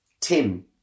Tim